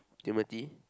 Timothy